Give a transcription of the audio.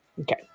Okay